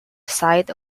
site